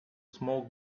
smoke